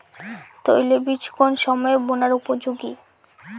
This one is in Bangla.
তৈলবীজ কোন সময়ে বোনার উপযোগী?